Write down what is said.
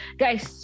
guys